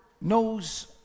knows